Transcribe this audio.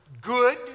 Good